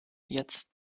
jetzt